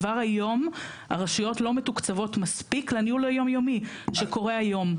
כבר היום הרשויות לא מתוקצבות מספיק לניהול היומיומי שקורא היום.